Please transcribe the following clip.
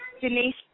Denise